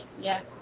yes